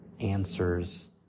answers